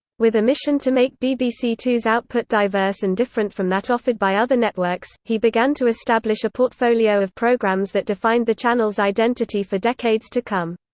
with a mission to make bbc two's output diverse and different from that offered by other networks, he began to establish a portfolio of programmes that defined the channel's identity for decades to come.